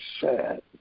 sad